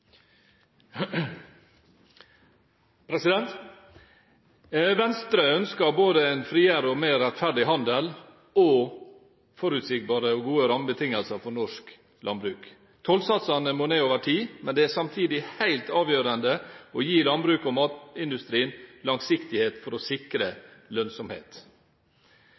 Venstre ønsker en både friere og mer rettferdig handel og forutsigbare og gode rammebetingelser for norsk landbruk. Tollsatsene må ned over tid, men det er samtidig helt avgjørende å gi landbruket og matindustrien langsiktighet for å sikre lønnsomhet.